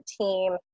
team